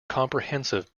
comprehensive